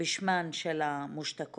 בשמן של המושתקות.